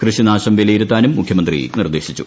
കൃഷിനാശം വിലയിരുത്താനും മുഖ്യമന്ത്രി നിർദ്ദേശിച്ചു